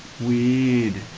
weed